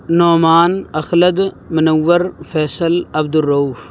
Noman Akhlad Munawar Faisal Abdul Rauf